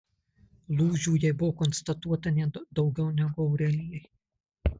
lūžių jai buvo konstatuota net daugiau negu aurelijai